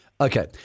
Okay